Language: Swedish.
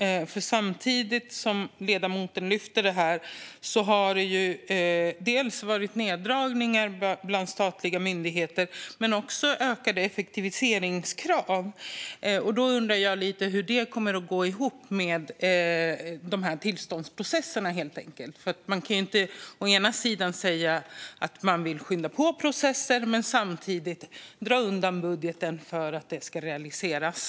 När det gäller det som ledamoten lyfte upp har det samtidigt varit neddragningar bland statliga myndigheter men också ökade effektiviseringskrav. Jag undrar hur detta kommer att gå ihop med tillståndsprocesserna. Man kan inte å ena sidan säga att man vill skynda på processer och å andra sidan samtidigt dra undan budgeten för att detta ska realiseras.